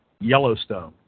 Yellowstone